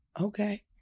Okay